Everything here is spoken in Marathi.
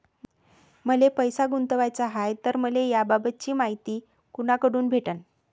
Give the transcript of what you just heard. मले पैसा गुंतवाचा हाय तर मले याबाबतीची मायती कुनाकडून भेटन?